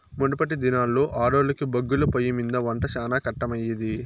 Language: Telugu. మునపటి దినాల్లో ఆడోల్లకి బొగ్గుల పొయ్యిమింద ఒంట శానా కట్టమయ్యేది